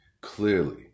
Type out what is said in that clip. Clearly